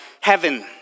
heaven